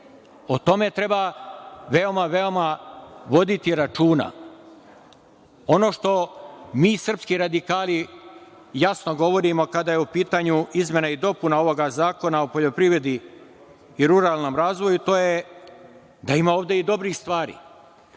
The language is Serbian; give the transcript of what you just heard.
O tome treba veoma, veoma voditi računa. Ono što mi, srpski radikali, jasno govorimo kada je u pitanju izmena i dopuna ovoga Zakona o poljoprivredi i ruralnom razvoju, to je da ima ovde i dobrih stvari.